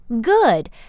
Good